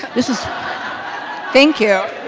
this is thank you.